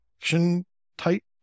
action-type